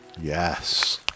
Yes